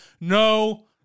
no